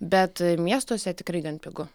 bet miestuose tikrai gan pigu